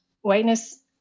whiteness